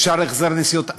אפשר החזר נסיעות.